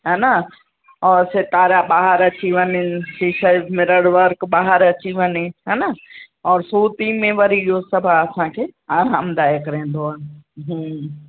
है न और सितारा ॿाहिरि अची वञनि टी शर्ट में मिरर वर्क ॿाहिरि अची वञे है न और सूती में वरी इहो सभु असांखे आरामदायक रहंदो आहे हम्म